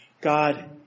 God